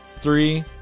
Three